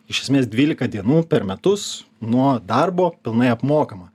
iš esmės dvylika dienų per metus nuo darbo pilnai apmokama